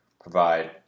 provide